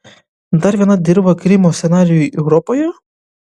dar viena dirva krymo scenarijui europoje